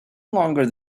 longer